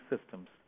systems